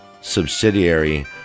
subsidiary